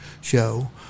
show